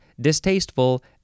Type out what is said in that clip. distasteful